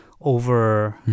over